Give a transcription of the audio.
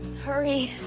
hurry.